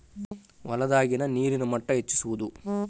ಹೊಲದಾಗಿನ ನೇರಿನ ಮಟ್ಟಾ ಹೆಚ್ಚಿಸುವದು